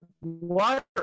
water